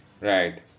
Right